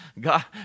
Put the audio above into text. God